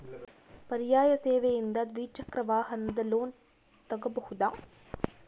ಪರ್ಯಾಯ ಸೇವೆಯಿಂದ ದ್ವಿಚಕ್ರ ವಾಹನದ ಲೋನ್ ತಗೋಬಹುದಾ?